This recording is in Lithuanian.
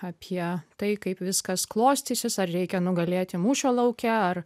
apie tai kaip viskas klostysis ar reikia nugalėti mūšio lauke ar